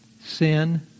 sin